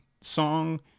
song